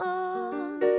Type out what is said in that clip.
on